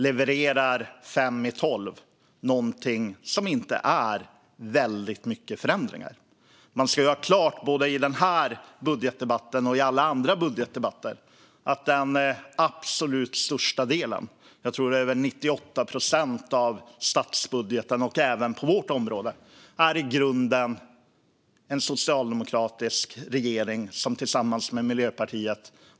Fem i tolv levererar man någonting som inte innebär så väldigt mycket förändringar. Man ska ha klart för sig, både i den här budgetdebatten och i alla andra budgetdebatter, att den absolut största delen - över 98 procent, tror jag - av statsbudgeten, även på vårt område, i grunden utgörs av politik som en socialdemokratisk regering lagt fram tillsammans med Miljöpartiet.